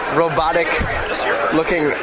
robotic-looking